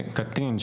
קטין,